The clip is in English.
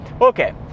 okay